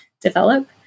develop